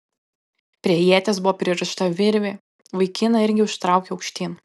prie ieties buvo pririšta virvė vaikiną irgi užtraukė aukštyn